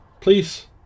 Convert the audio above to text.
Please